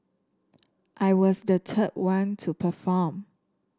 I was the third one to perform